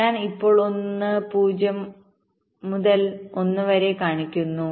ഞാൻ ഇപ്പോൾ 1 0 മുതൽ 1 വരെ കാണിക്കുന്നു